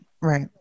Right